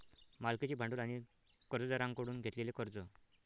मालकीचे भांडवल आणि कर्जदारांकडून घेतलेले कर्ज